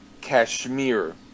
Kashmir